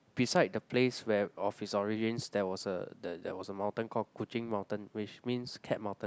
beside the place where of it's origins there was a the there was a mountain call Kuching Mountain which means cat mountain